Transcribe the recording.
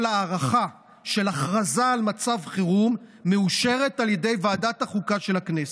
כל הארכה של הכרזה על מצב חירום מאושרת על ידי ועדת החוקה של הכנסת.